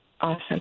Awesome